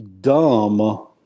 dumb